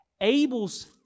Abel's